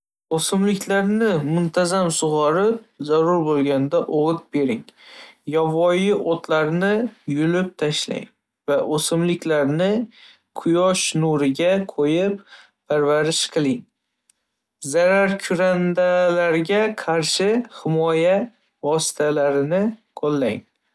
O'simliklarni muntazam sug'orib, zarur bo'lganda o'g'it bering. Yovvoyi o'tlarni yulib tashlang va o'simliklarni quyosh nuriga qo'yib, parvarish qiling. Zararkunandalarga qarshi himoya vositalarini qo'llang.